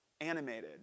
animated